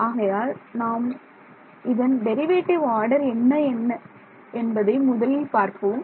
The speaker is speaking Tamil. ஆகையால் நாம் இதன் டெரிவேட்டிவ் ஆர்டர் என்ன என்பதை முதலில் பார்ப்போம்